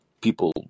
people